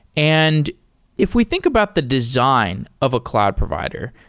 and if we think about the design of a cloud provider,